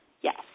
Yes